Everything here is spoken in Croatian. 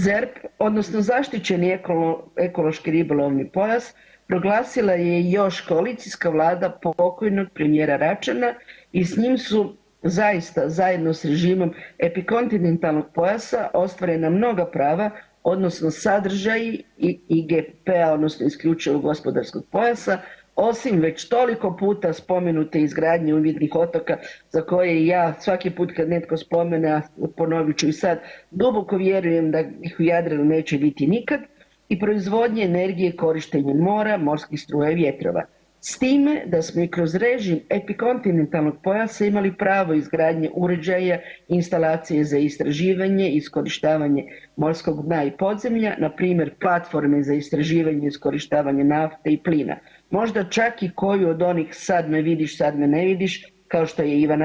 ZERP odnosno zaštićeni ekološki ribolovni pojas proglasila je još koalicijska vlada pokojnog premijera Račana i s njim su zaista zajedno s režimom epikontinentalnog pojasa ostvarena mnoga prava odnosno sadržaji IGP-a odnosno isključivog gospodarskog pojasa osim već toliko puta spomenute izgradnje umjetnih otoka za koje ja svaki put kad netko spomene, ponovit ću i sad, duboko vjerujem da ih u Jadranu neće biti nikad i proizvodnje energije korištenja mora, morskih struja i vjetrova, s time da smo i kroz režim epikontinentalnog pojasa imali pravo izgradnje uređaja instalacija za istraživanje i iskorištavanje morskog dna i podzemlja, npr. platforme za istraživanje, iskorištavanje nafte i plina, možda čak i koju od onih sad me vidiš, sad me ne vidiš kao što je Ivana